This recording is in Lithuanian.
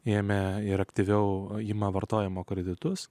jame ir aktyviau ima vartojimo kreditus